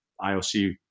IOC